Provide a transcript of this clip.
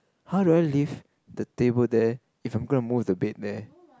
how do I lift the table there if I'm gonna move the bed there